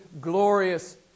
glorious